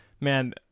Man